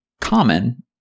common